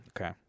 Okay